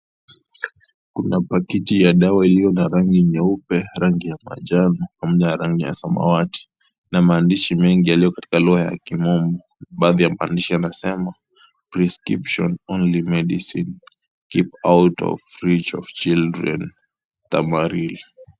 Kuna paketi ya dawa iliyo na rangi nyeupe, rangi ya majano pamoja na rangi ya samawati. Na maandishi mengi yaliyo katika lugha ya kimombo. Baadhi ya maandishi yanasema please keep shown only medicine, keep out of reach of children. Stamaril.